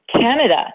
Canada